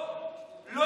לא, לא.